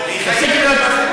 אני קנאית?